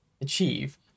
achieve